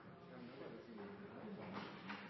også, siden det utgjør en